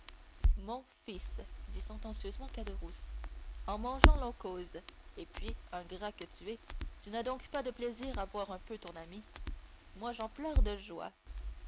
mon fils dit sentencieusement caderousse en mangeant l'on cause et puis ingrat que tu es tu n'as donc pas de plaisir à voir un peu ton ami moi j'en pleure de joie